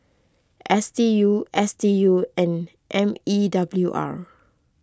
S D U S D U and M E W R